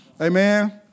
Amen